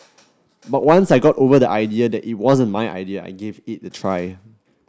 but once I got over the idea that it wasn't my idea I gave it a try